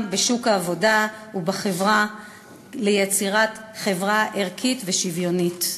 בשוק העבודה ובחברה וליצירת חברה ערכית ושוויונית.